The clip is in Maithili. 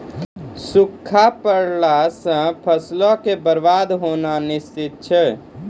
सूखा पड़ला से फसलो के बरबाद होनाय निश्चित छै